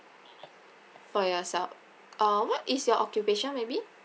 for yourself uh what is your occupation maybe